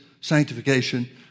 sanctification